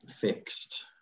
fixed